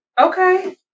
Okay